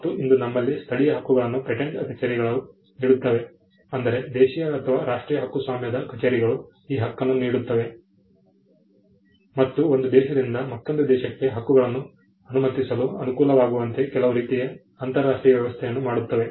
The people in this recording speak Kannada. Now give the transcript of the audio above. ಮತ್ತು ಇಂದು ನಮ್ಮಲ್ಲಿ ಸ್ಥಳೀಯ ಹಕ್ಕುಗಳನ್ನು ಪೇಟೆಂಟ್ ಕಛೇರಿಗಳು ನೀಡುತ್ತವೆ ಅಂದರೆ ದೇಶೀಯ ಅಥವಾ ರಾಷ್ಟ್ರೀಯ ಹಕ್ಕುಸ್ವಾಮ್ಯದ ಕಛೇರಿಗಳು ಈ ಹಕ್ಕನ್ನು ನೀಡುತ್ತವೆ ಮತ್ತು ಒಂದು ದೇಶದಿಂದ ಮತ್ತೊಂದು ದೇಶಕ್ಕೆ ಹಕ್ಕುಗಳನ್ನು ಅನ್ನಮತಿಸಲು ಅನುಕೂಲವಾಗುವಂತೆ ಕೆಲವು ರೀತಿಯ ಅಂತರರಾಷ್ಟ್ರೀಯ ವ್ಯವಸ್ಥೆಯನ್ನು ಮಾಡುತ್ತವೆ